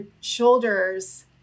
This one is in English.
shoulders